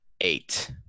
eight